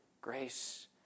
grace